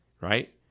right